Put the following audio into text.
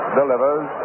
delivers